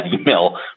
email